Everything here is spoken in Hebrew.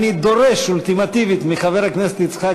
אני דורש אולטימטיבית מחבר הכנסת יצחק